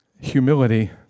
humility